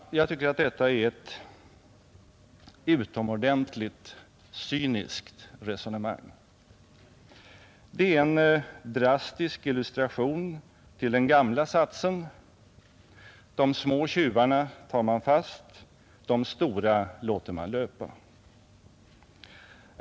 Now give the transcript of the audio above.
Jag tycker att detta är ett utomordentligt cyniskt resonemang. Det är en drastisk illustration till den gamla satsen: De små tjuvarna tar man fast, de stora låter man löpa.